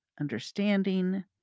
understanding